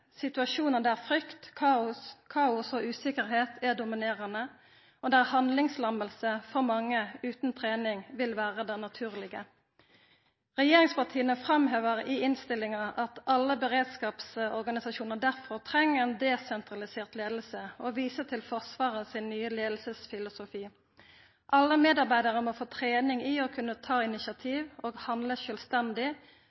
der frykt, kaos og usikkerheit er dominerande, og der handlingslamming for mange utan trening vil vera det naturlege. Regjeringspartia framhevar i innstillinga at alle beredskapsorganisasjonar derfor treng ei desentralisert leiing og viser til Forsvaret sin nye leiingsfilosofi. Alle medarbeidarar må få trening i å kunna ta